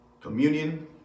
Communion